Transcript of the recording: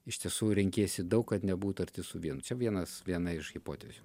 iš tiesų renkiesi daug kad nebūt arti su vienu vienas viena iš hipotezių